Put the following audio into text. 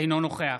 אינו נוכח